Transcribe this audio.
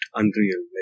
unreal